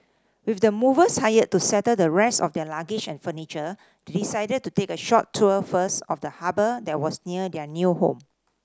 with the movers hired to settle the rest of their luggage and furniture they decided to take a short tour first of the harbour that was near their new home